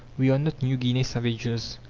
we are not new guinea savages.